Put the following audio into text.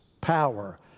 power